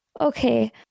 Okay